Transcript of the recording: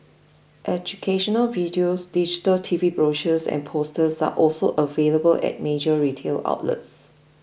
educational videos digital T V brochures and posters are also available at major retail outlets